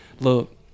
look